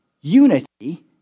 unity